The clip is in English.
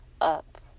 up